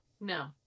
no